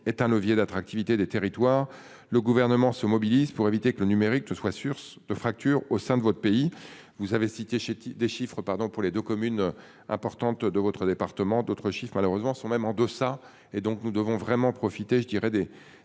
est un levier d'attractivité des territoires. Le gouvernement se mobilise pour éviter que le numérique ne soit sur de fractures au sein de votre pays, vous avez cité des chiffres pardon pour les deux communes importantes de votre département d'autre chiffre malheureusement sont même en deçà et donc nous devons vraiment profité je dirais